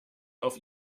auf